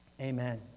Amen